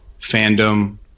fandom